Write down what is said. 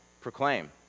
proclaim